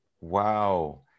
Wow